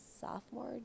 sophomore